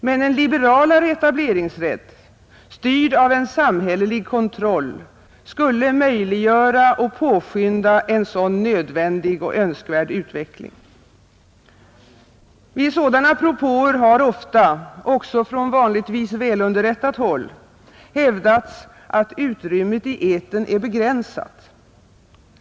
Men en liberalare etableringsrätt, styrd av en samhällelig kontroll, skulle möjliggöra och påskynda en sådan nödvändig och önskvärd utveckling. Vid sådana propåer har ofta, också från vanligtvis välunderrättat håll, hävdats att utrymmet i etern är begränsat.